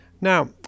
Now